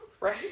right